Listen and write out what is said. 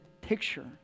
picture